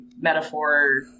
metaphor